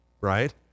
right